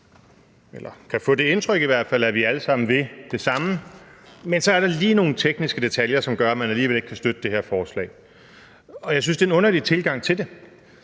fald kan få det indtryk, at vi alle sammen vil det samme, men at der så lige er nogle tekniske detaljer, som gør, at man alligevel ikke kan støtte det her forslag. Jeg synes, det er en underlig tilgang til det,